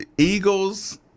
Eagles